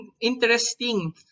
interesting